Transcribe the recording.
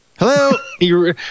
Hello